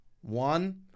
One